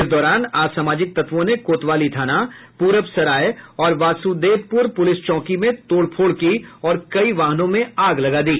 इस दौरान असामाजिक तत्वों ने कोतवाली थाना पूरबासराय और वासुदेवपुर पुलिस चौकी में तोड़फोड़ की और कई वाहनों में आग लगा दी